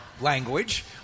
language